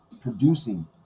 producing